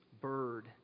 bird